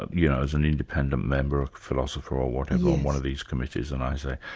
ah yeah as an independent member, a philosopher or whatever, on one of these committees and i say,